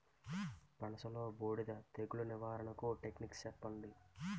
పనస లో బూడిద తెగులు నివారణకు టెక్నిక్స్ చెప్పండి?